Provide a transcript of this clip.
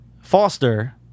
Foster